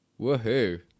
Woohoo